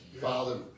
Father